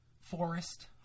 forest